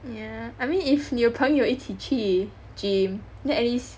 yeah I mean if 你有朋友一起去 gym then at least